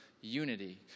unity